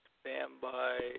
standby